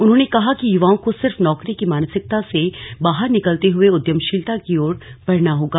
उन्होंने कहा कि युवाओं को सिर्फ नौकरी की मानसिकता से बाहर निकलते हुए उद्यमशीलता की ओर बढ़ना होगा